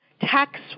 tax